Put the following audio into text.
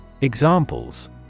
Examples